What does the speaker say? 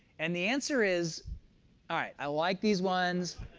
and the answer is i like these ones.